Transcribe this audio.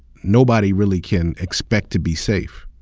nobody really can expect to be safe.